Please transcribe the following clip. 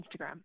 Instagram